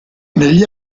negli